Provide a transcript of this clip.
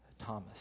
Thomas